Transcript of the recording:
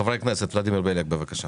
חברי הכנסת, ולדימיר בליאק, בבקשה.